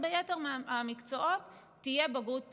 וביתר המקצועות תהיה בגרות פנימית,